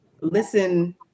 listen